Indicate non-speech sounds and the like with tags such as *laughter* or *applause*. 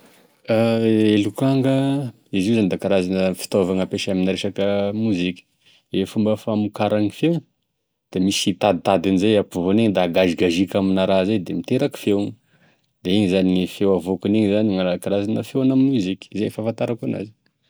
*hesitation* E lokanga, izy io zany da karazana fitaovana ampiasa amina resaka mozika, e fomba famokarany feo da misy taditadiny zay apovoany egny da agazigaziky amina raha zay de miteraky feo, da igny zany gne feo avokinigny zany raha karazan'e feona moziky, izay zany e fahafantarako anazy.